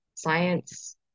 Science